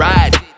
Ride